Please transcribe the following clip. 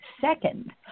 second